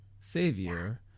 Savior